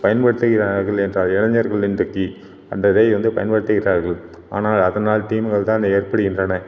பயன்படுத்துகிறார்கள் என்ற இளைஞர்கள் இன்றைக்கு அந்த இதை வந்து பயன்படுத்துகிறார்கள் ஆனால் அதனால் தீமைகள் தான் ஏற்படுகின்றன